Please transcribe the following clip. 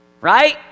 right